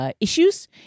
Issues